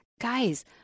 guys